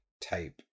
type